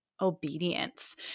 obedience